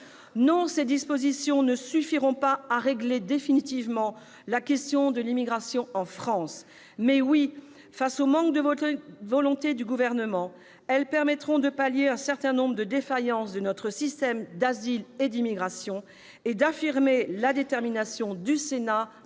Non, ces dispositions ne suffiront pas à régler définitivement la question de l'immigration en France. Mais, oui, face au manque de volonté du Gouvernement, elles permettront de pallier un certain nombre de défaillances de notre système d'asile et d'immigration et d'affirmer la détermination du Sénat